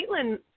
Caitlin –